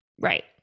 right